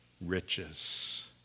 riches